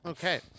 Okay